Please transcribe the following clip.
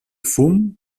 fum